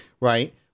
right